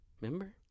Remember